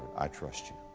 i trust you.